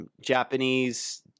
Japanese